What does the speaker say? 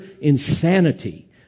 insanity